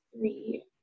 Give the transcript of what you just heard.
three